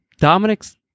Dominic's